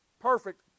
perfect